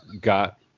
got